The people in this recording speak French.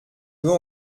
veut